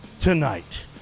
Tonight